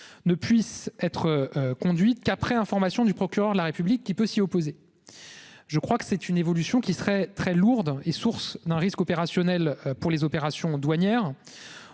Ne puisse être conduite qu'après information du procureur de la République qui peut s'y opposer. Je crois que c'est une évolution qui serait très lourdes et source d'un risque opérationnel pour les opérations douanières.